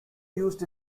used